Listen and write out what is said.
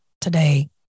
today